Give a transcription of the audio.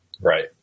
right